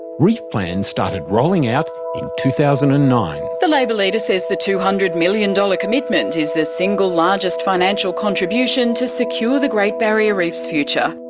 reef plan started rolling out in two thousand and nine. the labor leader says the two hundred million dollars commitment is the single largest financial contribution to secure the great barrier reef's future.